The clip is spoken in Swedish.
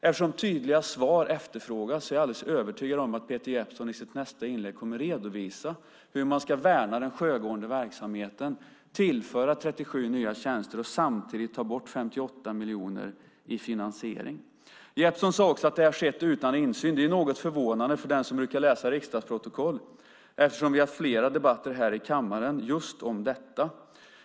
Eftersom tydliga svar efterfrågas är jag alldeles övertygad om att Peter Jeppsson i sitt nästa inlägg kommer att redovisa hur man ska värna den sjögående verksamheten, tillföra 37 nya tjänster och samtidigt ta bort 58 miljoner i finansiering. Jeppsson sade också att detta har skett utan insyn. Det är något förvånande för den som brukar läsa riksdagsprotokoll, eftersom vi har haft flera debatter här i kammaren just om detta.